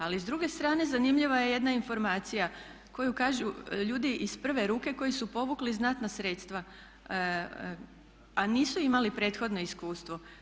Ali s druge strane zanimljiva je jedna informacija koju kažu ljudi iz prve ruke koji su povukli znatna sredstva a nisu imali prethodno iskustvo.